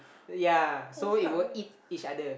yea so it will eat each other